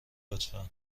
لطفا